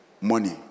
money